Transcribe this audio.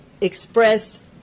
express